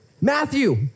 Matthew